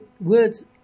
words